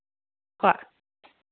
ꯍꯣꯏ